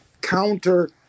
counter